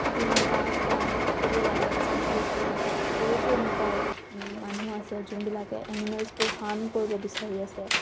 কাজিৰঙা বা এইবোৰ wildlife চেঞ্চুৰীজবিলাকত বহুতো এনেকুৱা মানুহ আছে যোনবিলাকে এনিমেলচবোৰ হাৰ্ম কৰিব বিচাৰি আছে